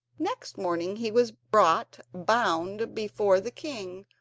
next morning he was brought bound before the king,